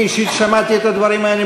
אני אישית שמעתי את הדברים האלה,